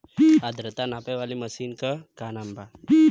आद्रता नापे वाली मशीन क का नाव बा?